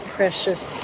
precious